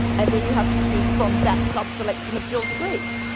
and then you have to choose from that sub-selection of dual degrees.